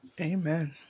Amen